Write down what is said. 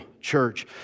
church